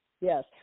Yes